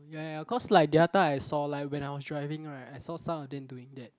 ya ya ya cause like the other time I saw like when I was driving right I saw some of them doing that